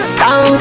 down